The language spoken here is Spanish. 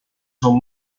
son